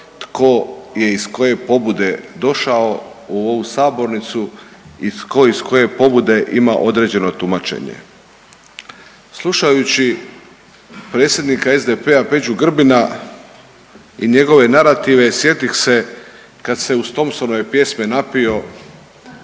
tko je iz koje pobude došao u ovu sabornicu i tko iz koje pobude ima određeno tumačenje. Slušajući predsjednika SDP-a Peđu Grbina i njegove narative sjetih se kad se uz Thompsonove pjesme napio,